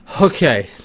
okay